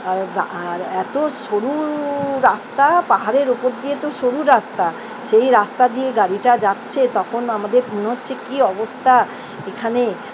আর এত সরু রাস্তা পাহাড়ের ওপর দিয়ে তো সরু রাস্তা সেই রাস্তা দিয়ে গাড়িটা যাচ্ছে তখন আমাদের মনে হচ্ছে কি অবস্থা এখানে